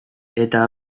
eta